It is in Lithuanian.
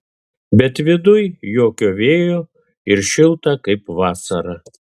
bet viduj jokio vėjo ir šilta kaip vasarą